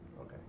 Okay